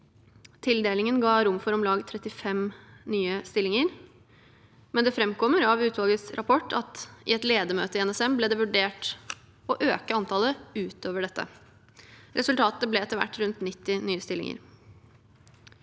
Tildelingen ga rom for om lag 35 nye stillinger, men det framkommer av utvalgets rapport at i et ledermøte i NSM ble det vurdert å øke antallet ut over dette. Resultatet ble etter hvert rundt 90 nye stillinger.